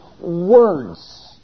words